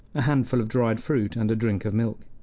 a handful of dried fruit, and drink of milk.